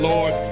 Lord